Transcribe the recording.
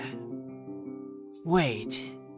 Wait